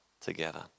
together